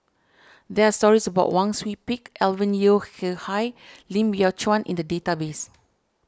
there are stories about Wang Sui Pick Alvin Yeo Khirn Hai and Lim Biow Chuan in the database